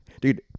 Dude